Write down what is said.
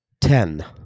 Ten